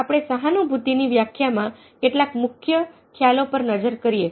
હવે આપણે સહાનુભૂતિની વ્યાખ્યામાં કેટલાક મુખ્ય ખ્યાલો પર નજર કરીએ